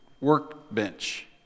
workbench